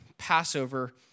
Passover